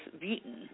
beaten